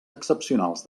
excepcionals